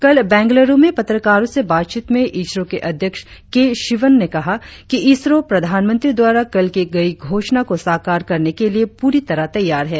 कल बंगलुरु में पत्रकारों से बातचीत में इसरो के अध्यक्ष के शिवन ने कहा कि इसरो प्रधानमंत्री द्वारा कल की गई घोषणा को साकार करने के लिए पूरी तरह तैयार है